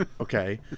Okay